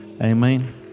Amen